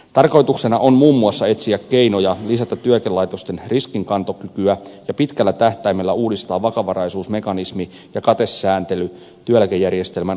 tarkoituksena on muun muassa etsiä keinoja lisätä työeläkelaitosten riskinkantokykyä ja pitkällä tähtäimellä uudistaa vakavaraisuusmekanismi ja katesääntely työeläkejärjestelmän ominaispiirteet huomioiden